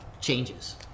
changes